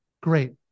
great